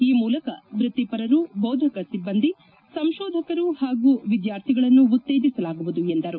ಈ ಮೂಲಕ ವೃತ್ತಿಪರರು ಬೋಧಕ ಸಿಬ್ಬಂದಿ ಸಂಶೋಧಕರು ಹಾಗೂ ವಿದ್ಯಾರ್ಥಿಗಳನ್ನು ಉತ್ತೇಜಿಸಲಾಗುವುದು ಎಂದರು